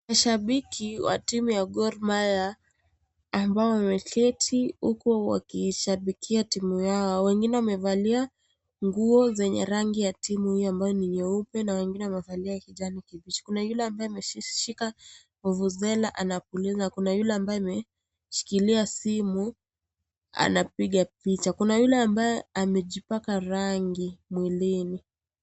Mashabiki wa timu ya Gor Mahia ambao wameketi huku wakishabikia timu yao. Wengine wamevalia nguo zenye rangi ya timu ambayo ni nyeupe na wengine wamevalia kijani kibichi. Kuna wengine wameshika vuvuzela anapuliza. Kuna yule ambaye ameshikilia simu anapiga picha. Kuna yule ambaye amejipaka rangi mwilini.